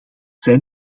zijn